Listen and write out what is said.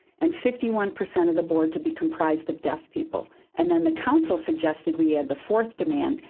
and fifty one percent of the board to be comprised of deaf people. and then the council suggested we add the fourth demand,